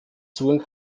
zugang